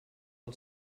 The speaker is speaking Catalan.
del